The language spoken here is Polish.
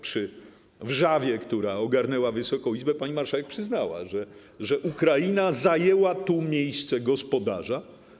Przy wrzawie, która ogarnęła Wysoką Izbę, pani marszałek przyznała, że Ukraina zajęła tu miejsce gospodarza.